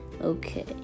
Okay